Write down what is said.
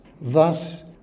thus